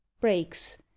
breaks